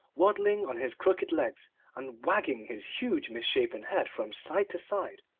waddling on his crooked legs and wagging his huge misshapen head from side to side,